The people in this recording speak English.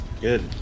good